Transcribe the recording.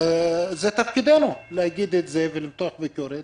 תפקידנו להגיד את זה ולמתוח ביקורת